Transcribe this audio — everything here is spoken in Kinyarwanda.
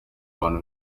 abantu